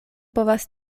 povas